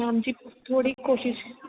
ma'am ji थोह्ड़ी कोशिश